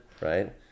Right